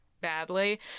badly